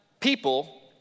people